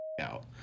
out